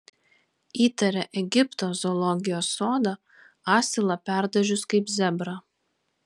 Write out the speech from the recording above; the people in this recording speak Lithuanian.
įtaria egipto zoologijos sodą asilą perdažius kaip zebrą